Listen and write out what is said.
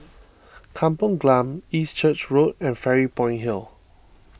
Kampong Glam East Church Road and Fairy Point Hill